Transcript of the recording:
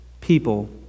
people